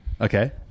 Okay